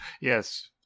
Yes